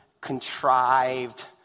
contrived